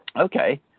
Okay